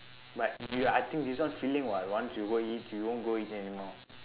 but you I think this one feeling [what] you want to go eat you won't go eat anymore